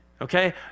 Okay